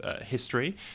history